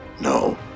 no